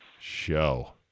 show